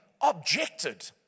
objected